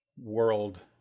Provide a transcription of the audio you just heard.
world